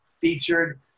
featured